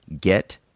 get